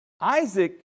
Isaac